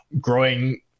growing